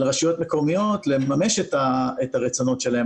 רשויות מקומיות לממש את הרצונות שלהן,